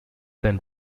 then